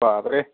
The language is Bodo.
बाबरे